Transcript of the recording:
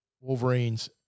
Wolverines